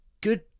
good